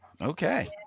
Okay